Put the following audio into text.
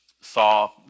saw